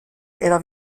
era